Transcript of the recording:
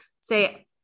say